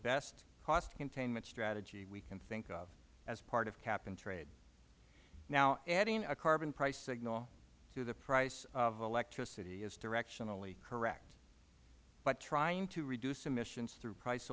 best cost containment strategy we can think of as part of cap and trade now adding a carbon price signal to the price of electricity is directionally correct but trying to reduce emissions through price